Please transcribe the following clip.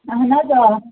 اَہن حظ آ